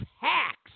hacks